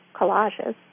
collages